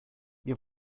wir